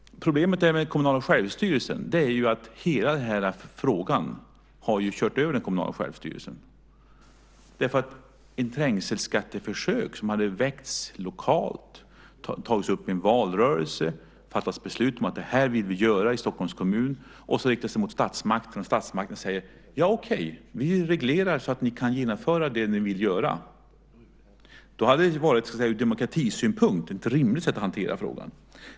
Problemet med den kommunala självstyrelsen är att hela den här frågan har kört över den. Tänk er ett förslag till trängselskatteförsök som hade väckts lokalt och tagits upp i en valrörelse. Sedan hade man fattat beslut om att man ville göra det här i Stockholms kommun och riktat sig till statsmakten som hade sagt: Ja, okej, vi reglerar så att ni kan genomföra det som ni vill göra! Det hade ur demokratisynpunkt varit ett rimligt sätt att hantera frågan.